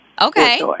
Okay